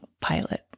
pilot